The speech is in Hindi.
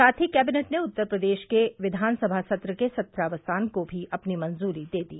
साथ ही कैबिनेट ने उत्तर प्रदेश के विधानसभा सत्र के सत्रावसान को भी अपनी मंजूरी दे दी